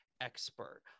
expert